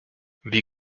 wie